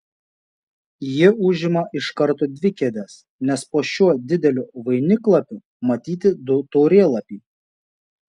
ji užima iš karto dvi kėdes nes po šiuo dideliu vainiklapiu matyti du taurėlapiai